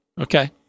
Okay